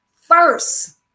first